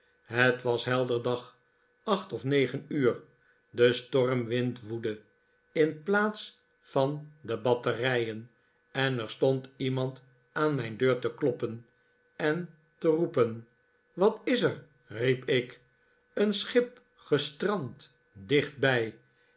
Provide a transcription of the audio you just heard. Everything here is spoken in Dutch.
het was helder dag acht of negen uur de stormwind woedde in plaats van de batterijen en er stond iemand aan mijn deur te kloppen en te roepen wat is er riep ik een schip gestrand dichtbij